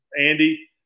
Andy